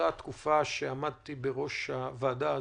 בתקופה שעמדתי בראש הוועדה הזאת: